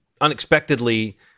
unexpectedly